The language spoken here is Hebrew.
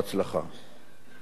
הצלחותיו היו כבירות.